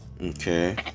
Okay